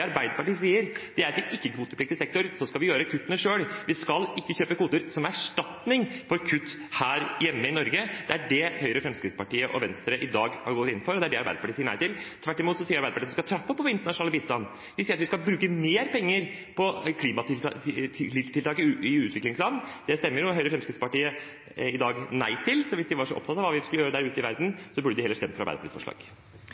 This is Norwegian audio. Arbeiderpartiet sier, er at i ikke-kvotepliktig sektor skal vi gjøre kuttene selv. Vi skal ikke kjøpe kvoter som erstatning for kutt her hjemme i Norge. Det er det Høyre, Fremskrittspartiet og Venstre i dag har gått inn for, og det er det Arbeiderpartiet sier nei til. Tvert imot sier Arbeiderpartiet at vi skal trappe opp vår internasjonale bistand. Vi sier at vi skal bruke mer penger på klimatiltak i utviklingsland. Det stemmer Høyre og Fremskrittspartiet i dag nei til, så hvis de var så opptatt av hva vi skulle gjøre der ute i